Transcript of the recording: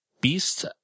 beast